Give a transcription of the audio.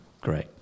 great